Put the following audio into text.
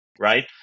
right